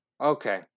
Okay